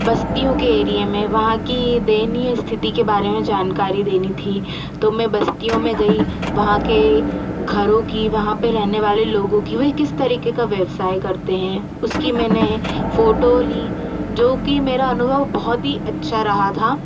बस्तियों के एरिये में वहाँ की दयनीय स्थिति के बारे में जानकारी देनी थी तो मैं बस्तियों में गई वहाँ के घरों की वहाँ पे रहने वाले लोगों की वह किस तरीके का व्यवसाय करते हैं उसकी मैंने फ़ोटो ली जोकि मेरा अनुभव बहुत अच्छा रहा था